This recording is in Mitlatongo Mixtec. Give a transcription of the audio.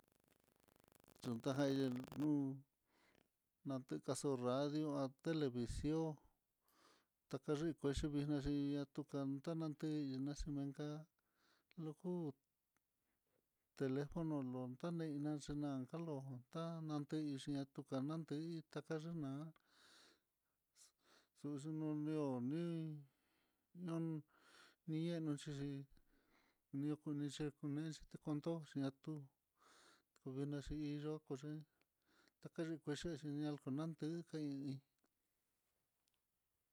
Chuntajaye nuu, nate kaxo radio, televicion takaye kuixhi vixnaxhi na tukan tananteye, naxhi ninka loku telefono no tanenñaxhi nanka, lonka nateixhi katuka nate'í, takaña'a xuxunonio ní, ñon ihá naxhixi niokunixe kunix a kundox kulena xhí yokoxi kani kuexhiaxi ña kolandei dekaii.